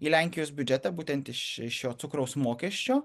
į lenkijos biudžetą būtent iš iš šio cukraus mokesčio